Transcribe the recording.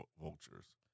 vultures